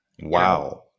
Wow